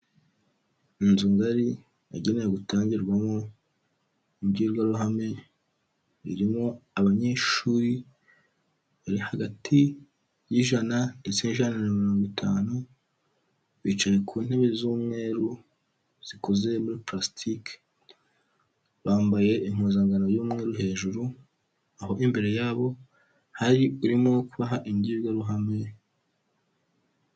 Inzu ngari yagenewe gutangirwamo imbwirwaruhame, irimo abanyeshuri bari hagati y'ijana ndetse n'ijana na mirongo itanu. Bicaye ku ntebe z'umweru zikoze muri plastique. Bambaye impuzankano y'umweru hejuru, aho imbere yabo hari urimo kubaha imbwirwaruhame.